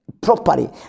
properly